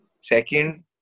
Second